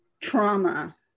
trauma